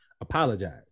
apologize